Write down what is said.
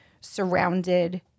surrounded